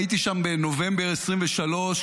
הייתי שם בנובמבר 2023,